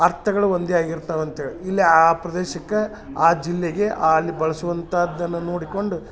ಅರ್ಥಗಳು ಒಂದೇ ಆಗಿರ್ತವೆ ಅಂತ್ಹೇಳಿ ಇಲ್ಲಿ ಆ ಆ ಪ್ರದೇಶಕ್ಕೆ ಆ ಜಿಲ್ಲೆಗೆ ಅಲ್ಲಿ ಬಳ್ಸುವಂಥದ್ದನ್ನ ನೋಡಿಕೊಂಡು